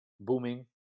booming